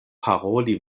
paroli